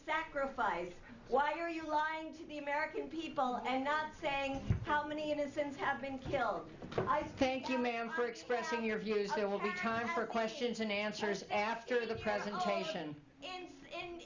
sacrifice why are you lying to the american people and not saying how many innocents have been killed i thank you ma'am for expressing your views there will be time for questions and answers after the presentation